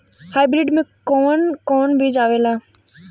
Hybrid में कोवन कोवन बीज आवेला?